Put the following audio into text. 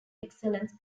excellence